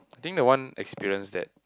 I think they want experience dad